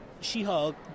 She-Hulk